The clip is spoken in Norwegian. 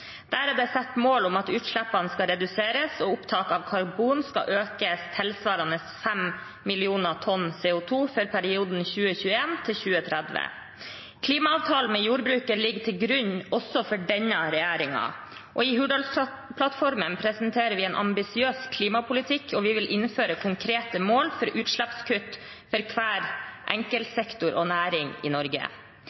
Der er det satt mål om at utslippene skal reduseres, og opptaket av karbon skal økes tilsvarende 5 millioner tonn CO 2 for perioden 2021–2030. Klimaavtalen med jordbruket ligger til grunn også for denne regjeringen, og i Hurdalsplattformen presenterer vi en ambisiøs klimapolitikk, og vi vil innføre konkrete mål for utslippskutt for hver enkelt